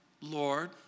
Lord